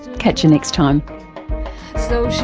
catch you next time so